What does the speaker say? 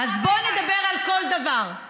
אז בואי נדבר על כל דבר.